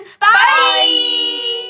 Bye